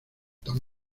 tan